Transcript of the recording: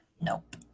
Nope